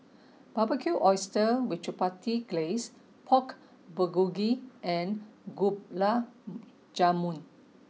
barbecued Oysters with Chipotle Glaze Pork Bulgogi and Gulab Jamun